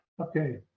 Okay